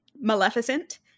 maleficent